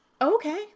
okay